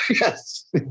Yes